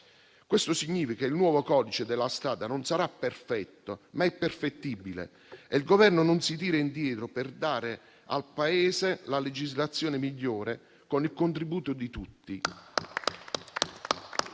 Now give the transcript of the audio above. Questo significa che il nuovo codice della strada non sarà perfetto, ma è perfettibile. Il Governo non si tira indietro nel dare al Paese la legislazione migliore con il contributo di tutti.